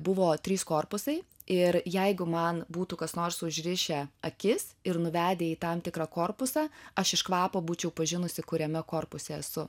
buvo trys korpusai ir jeigu man būtų kas nors užrišę akis ir nuvedę į tam tikrą korpusą aš iš kvapo būčiau pažinusi kuriame korpuse esu